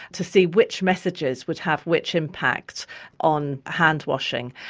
to see which messages would have which impacts on hand washing.